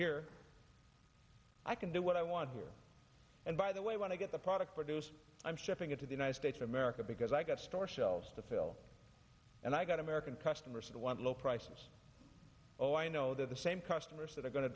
here i can do what i want here and by the way when i get the product produced i'm shipping it to the united states of america because i got store shelves to fill and i got american customers and want low prices oh i know that the same customers that are going to